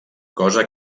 cosa